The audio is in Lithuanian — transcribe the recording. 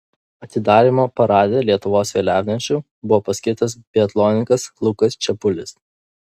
atidarymo parade lietuvos vėliavnešiu buvo paskirtas biatlonininkas lukas čepulis